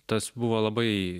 tas buvo labai